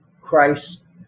Christ